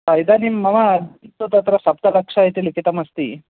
इदानीं मम तु तत्र सप्तलक्ष इति लिखितमस्ति